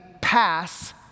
pass